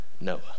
Noah